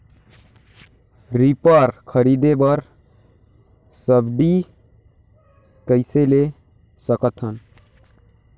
Reaper खरीदे बर subsidy कइसे ले सकथव?